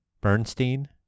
Bernstein